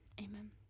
Amen